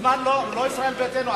אתם מזמן לא ישראל ביתנו,